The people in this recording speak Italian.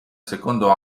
secondo